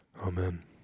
Amen